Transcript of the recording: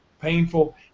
painful